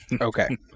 Okay